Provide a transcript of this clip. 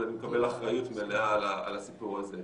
אז אני מקבל אחריות מלאה על הסיפור הזה.